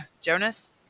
Jonas